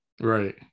Right